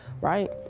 right